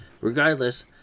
Regardless